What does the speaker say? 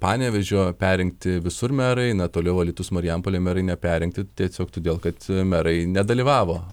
panevėžio perrinkti visur merai na toliau alytus marijampolė merai neperrinkti tiesiog todėl kad merai nedalyvavo